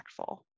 impactful